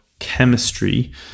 chemistry